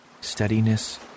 steadiness